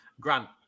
Grant